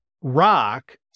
rock